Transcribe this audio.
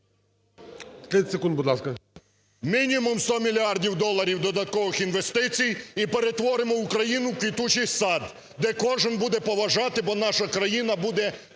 Мінімум 100 мільярдів доларів додаткових інвестицій - і перетворимо Україну в квітучий сад, де кожен буде поважати, бо наша країна буде